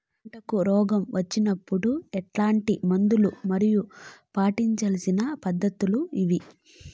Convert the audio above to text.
పంటకు రోగం వచ్చినప్పుడు ఎట్లాంటి మందులు మరియు పాటించాల్సిన పద్ధతులు ఏవి?